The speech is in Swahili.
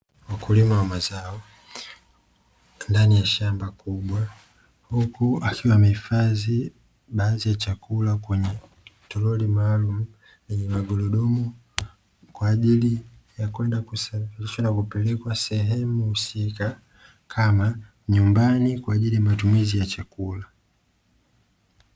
Wakulima wa mazao ndani ya shamba kubwa huku akiwa amehifadhi baadhi ya chakula kwenye toroli maalum yenye mangurudumu, kwa ajili ya kwenda kusababishwa na kupelekwa sehemu husika kama nyumbani kwa ajili ya matumizi ya chakula.